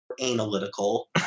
Analytical